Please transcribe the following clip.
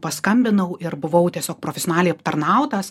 paskambinau ir buvau tiesiog profesionaliai aptarnautas